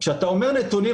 כשאתה אומר נתונים,